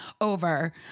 over